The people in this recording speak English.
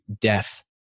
death